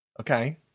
Okay